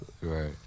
Right